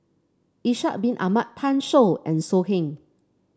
Ishak Bin Ahmad Pan Shou and So Heng